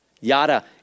Yada